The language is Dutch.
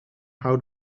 hou